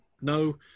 no